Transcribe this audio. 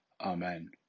Amen